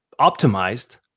optimized